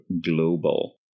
Global